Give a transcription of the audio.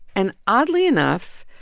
and oddly enough,